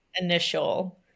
initial